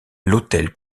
l’autel